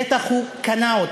בטח הוא קנה אותם,